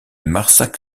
marsac